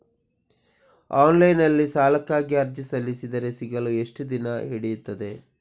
Online ನಲ್ಲಿ ಸಾಲಕ್ಕಾಗಿ ಅರ್ಜಿ ಸಲ್ಲಿಸಿದರೆ ಸಿಗಲು ಎಷ್ಟು ದಿನ ಹಿಡಿಯುತ್ತದೆ?